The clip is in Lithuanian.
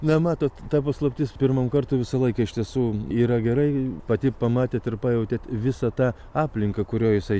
na matot ta paslaptis pirmam kartui visą laiką iš tiesų yra gerai pati pamatėt ir pajautėt visą tą aplinką kurioj jisai